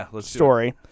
story